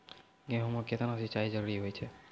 गेहूँ म केतना सिंचाई जरूरी होय छै?